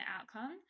outcome